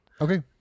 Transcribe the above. Okay